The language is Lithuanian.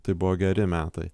tai buvo geri metai